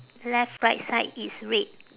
left right side it's red